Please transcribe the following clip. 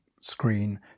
screen